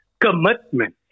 commitment